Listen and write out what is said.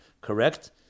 correct